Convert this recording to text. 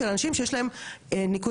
וגם אני אשמח גברתי,